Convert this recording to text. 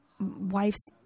wife's